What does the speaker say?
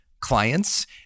clients